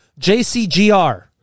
JCGR